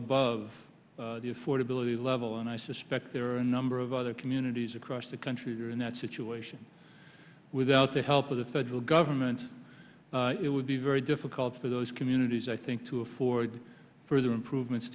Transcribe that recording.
above the affordability level and i suspect there are a number of other communities across the country are in that situation without the help of the federal government it would be very difficult for those communities i think to afford further improvements